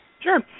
Sure